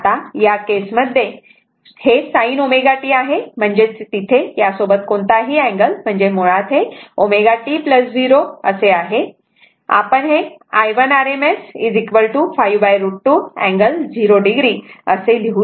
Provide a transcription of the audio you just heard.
आता या केसमध्ये हे sin ω t आहे म्हणजेच तिथे यासोबत कोणताही अँगल म्हणजेच मुळात हे ω t 0 o असे आहे म्हणजेच आपण हे i1 rms 5√ 2 अँगल 0 o असे लिहू शकतो